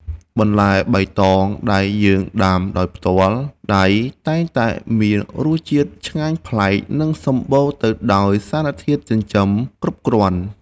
បន្លែបៃតងដែលយើងដាំដោយផ្ទាល់ដៃតែងតែមានរសជាតិឆ្ងាញ់ប្លែក និងសម្បូរទៅដោយសារធាតុចិញ្ចឹមគ្រប់គ្រាន់។